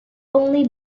only